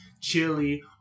chili